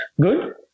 Good